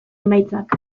emaitzak